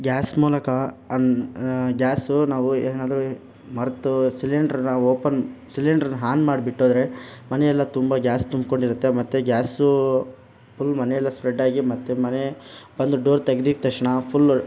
gas ಮೂಲಕ ಅನ್ gas ನಾವು ಏನಾದರೂ ಮರೆತು ಸಿಲಿಂಡ್ರನಾ ಓಪನ್ ಸಿಲಿಂಡ್ರನ್ನ ಹಾನ್ ಮಾಡಿಬಿಟ್ಟೋದ್ರೆ ಮನೆಯೆಲ್ಲ ತುಂಬ ಗ್ಯಾಸ್ ತುಂಬಿಕೊಂಡಿರುತ್ತೆ ಮತ್ತು ಗ್ಯಾಸೂ ಫುಲ್ ಮನೆಯೆಲ್ಲ ಸ್ಪ್ರೆಡ್ಡಾಗಿ ಮತ್ತು ಮನೆ ಬಂದು ಡೋರ್ ತೆಗೆದಿದ್ ತಕ್ಷ್ಣ ಫುಲ್ಲು